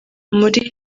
muri